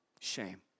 shame